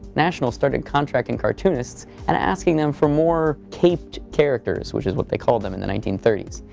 national started contracting cartoonists and asking them for more caped characters, which is what they called them in the nineteen thirty s.